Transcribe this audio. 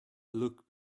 look